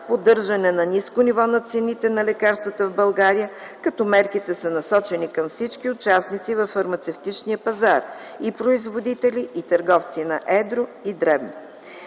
поддържане на ниско ниво на цените на лекарствата в България, като мерките са насочени към всички участници във фармацевтичния пазар – и производители, и търговци на едро и дребно.